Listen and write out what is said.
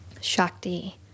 shakti